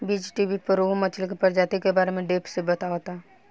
बीज़टीवी पर रोहु मछली के प्रजाति के बारे में डेप्थ से बतावता